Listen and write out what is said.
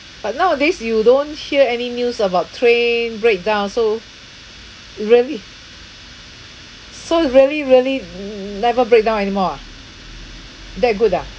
but nowadays you don't hear any news about train breakdown so really so really really n~ never breakdown anymore ah that good ah